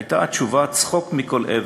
הייתה התשובה צחוק מכל עבר.